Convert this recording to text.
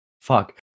fuck